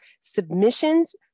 submissions